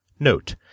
Note